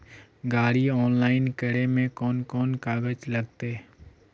गाड़ी ऑनलाइन करे में कौन कौन कागज लगते?